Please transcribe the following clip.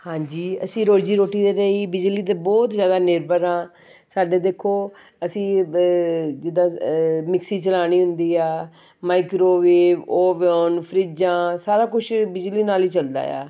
ਹਾਂਜੀ ਅਸੀਂ ਰੋਜ਼ੀ ਰੋਟੀ ਦੇ ਲਈ ਬਿਜਲੀ 'ਤੇ ਬਹੁਤ ਜ਼ਿਆਦਾ ਨਿਰਭਰ ਹਾਂ ਸਾਡੇ ਦੇਖੋ ਅਸੀਂ ਜਿੱਦਾਂ ਮਿਕਸੀ ਚਲਾਉਣੀ ਹੁੰਦੀ ਆ ਮਾਈਕ੍ਰੋਵੇਵ ਓਵੋਨ ਫਰਿੱਜਾਂ ਸਾਰਾ ਕੁਛ ਬਿਜਲੀ ਨਾਲ ਹੀ ਚਲਦਾ ਆ